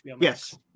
Yes